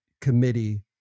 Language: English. committee